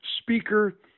speaker